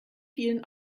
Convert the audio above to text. vielen